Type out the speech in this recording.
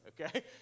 okay